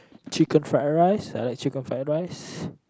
chicken fried rice i like chicken fried rice